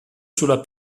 sulla